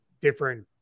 different